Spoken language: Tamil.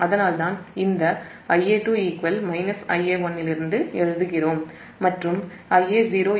அதனால்தான் இந்த Ia2 Ia1 இலிருந்து எழுதுகிறோம் மற்றும் Ia0 0